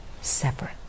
separate